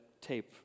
tape